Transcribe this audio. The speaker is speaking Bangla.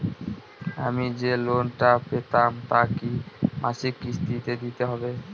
আমি যে লোন টা পেলাম তা কি মাসিক কিস্তি তে দিতে হবে?